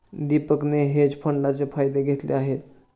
दीपकने हेज फंडाचे फायदे घेतले आहेत